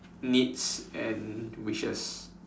needs and wishes